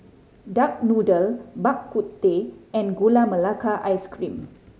duck noodle Bak Kut Teh and Gula Melaka Ice Cream